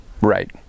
right